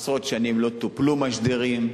עשרות שנים לא טופלו משדרים,